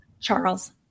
Charles